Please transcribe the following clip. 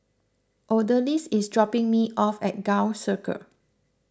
Odalys is dropping me off at Gul Circle